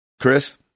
Chris